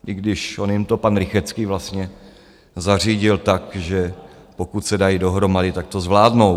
I když on jim to pan Rychetský vlastně zařídil tak, že pokud se dají dohromady, tak to zvládnou.